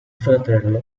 fratello